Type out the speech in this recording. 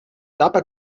tapa